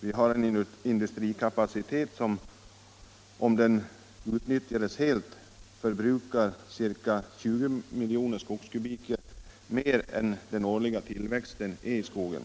Vi har en industrikapacitet som - om den utnvyttjas helt - förbrukar ca 20 miljoner skogskubikmeter mer än den årliga tillväxten i våra skogar.